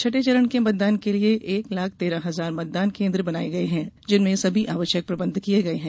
छठे चरण के मतदान के लिए एक लाख तेरह हजार मतदान केंद्र बनाए गए हैं जिनमें सभी आवश्यक प्रबंध किए गए हैं